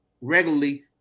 regularly